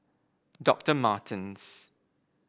Doctor Martens